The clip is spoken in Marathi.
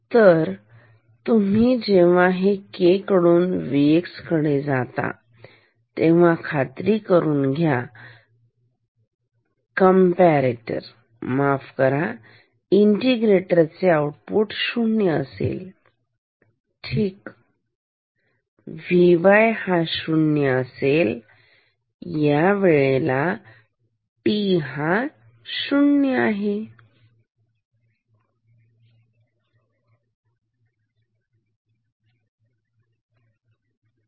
तरतुम्ही जेव्हा हे k कडून Vx कडे जाता तेव्हा खात्री करून घ्या कॅम्पारेटर माफ करा इंटेग्रेटर चे आऊटपुट 0 शून्य असेल ठीक Vy0 आता ह्या वेळेला t0 आणि हे आहे t0